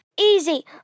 Easy